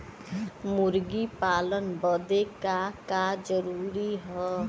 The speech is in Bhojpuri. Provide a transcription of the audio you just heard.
मुर्गी पालन बदे का का जरूरी ह?